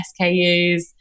SKUs